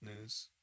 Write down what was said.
news